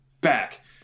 back